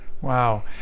Wow